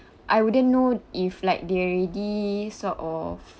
I wouldn't know if like they already sort of